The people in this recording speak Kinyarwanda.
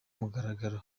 mugaragaro